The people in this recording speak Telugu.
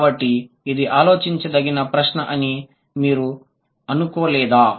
కాబట్టి ఇది ఆలోచించదగిన ప్రశ్న అని మీరు అనుకోలేదా